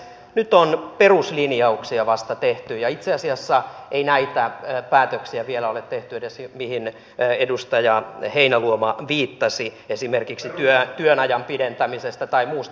nyt on peruslinjauksia vasta tehty ja itse asiassa ei näitä päätöksiä vielä ole tehty edes mihin edustaja heinäluoma viittasi esimerkiksi työajan pidentämisestä tai muusta